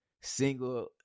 single